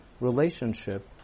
relationship